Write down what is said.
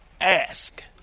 ask